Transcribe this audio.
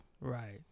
Right